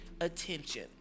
attention